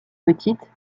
petites